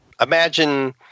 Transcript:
imagine